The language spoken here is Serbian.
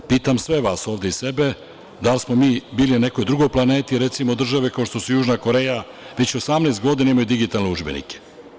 Pitam sve vas ovde i sebe, da li smo mi bili na nekoj drugoj planeti, od recimo države kao što je Južna Koreja, već 18 godina imaju digitalne udžbenike.